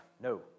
no